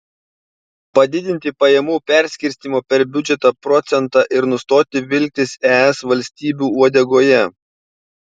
padidinti pajamų perskirstymo per biudžetą procentą ir nustoti vilktis es valstybių uodegoje